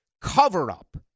cover-up